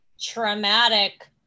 traumatic